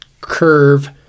curve